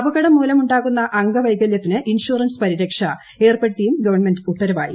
അപകടം മൂലമുണ്ടാകുന്ന അംഗവൈകലൃത്തിന് ഇൻഷുറൻസ് പരിരക്ഷ ഏർപ്പെടുത്തിയും ഗവൺമെന്റ് ഉത്തരവായി